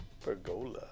Pergola